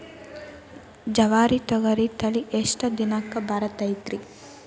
ಜವಾರಿ ತೊಗರಿ ತಳಿ ಎಷ್ಟ ದಿನಕ್ಕ ಬರತೈತ್ರಿ?